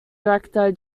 director